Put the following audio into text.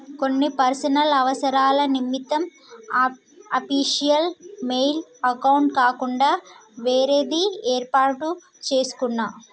కొన్ని పర్సనల్ అవసరాల నిమిత్తం అఫీషియల్ మెయిల్ అకౌంట్ కాకుండా వేరేది యేర్పాటు చేసుకున్నా